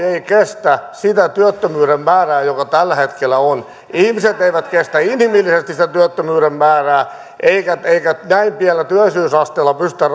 ei kestä sitä työttömyyden määrää joka tällä hetkellä on ihmiset eivät kestä inhimillisesti sitä työttömyyden määrää eikä eikä näin pienellä työllisyysasteella pystytä